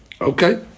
Okay